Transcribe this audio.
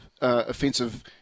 offensive